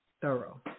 Thorough